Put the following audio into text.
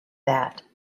that